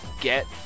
get